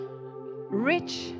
Rich